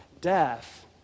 Death